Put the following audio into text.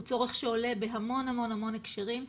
הוא צורך שעולה בהמון המון המון הקשרים.